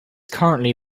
currently